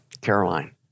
Caroline